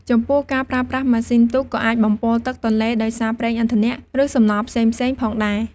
ចំពោះការប្រើប្រាស់ម៉ាស៊ីនទូកក៏អាចបំពុលទឹកទន្លេដោយសារប្រេងឥន្ធនៈ ឬសំណល់ផ្សេងៗផងដែរ។